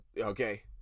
okay